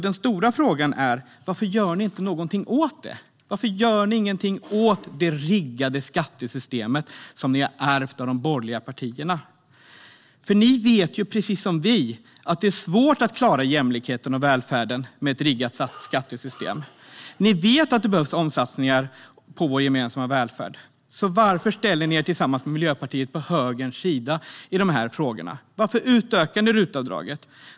Den stora frågan är: Varför gör ni ingenting åt det riggade skattesystemet som ni har ärvt av de borgerliga partierna? Ni vet, precis som vi, att det är svårt att klara jämlikheten och välfärden med ett riggat skattesystem. Ni vet att det behövs omfattande satsningar på vår gemensamma välfärd. Varför ställer ni er tillsammans med Miljöpartiet på högerns sida i de frågorna? Varför utökar ni RUT-avdraget?